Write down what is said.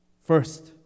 first